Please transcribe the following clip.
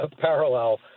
parallel